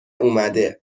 اومده